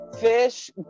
fish